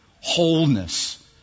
wholeness